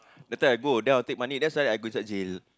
the time I go then I'll take money that's why I go such jail